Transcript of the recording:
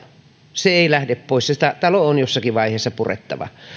se ei lähde pois se talo on jossakin vaiheessa purettava